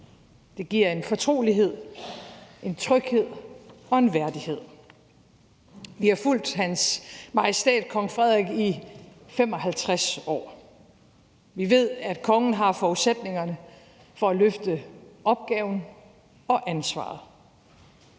Det giver en fortrolighed, en tryghed og en værdighed. Vi har fulgt Hans Majestæt Kong Frederik i 55 år, og vi ved, at kongen har forudsætningerne for at løfte opgaven og ansvaret.